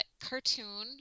cartoon